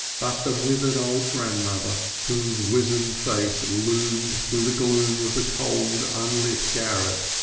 but the withered old grandmother, whose wizened face loomed through the gloom of the cold, unlit garret,